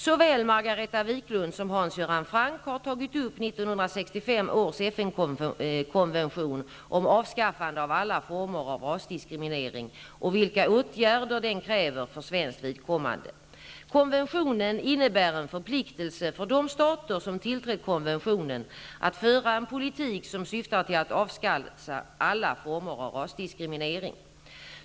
Såväl Margareta Viklund som Hans Göran Franck har tagit upp 1965 års FN-konvention om avskaffande av alla former av rasdiskriminering och vilka åtgärder den kräver för svenskt vidkommande. Konventionen innebär en förpliktelse för de stater som tillträtt konventionen att föra en politik som syftar till att avskaffa alla former av rasdiskriminering.